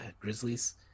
Grizzlies